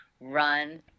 run